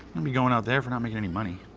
and be going out there if we're not making any money.